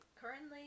currently